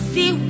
See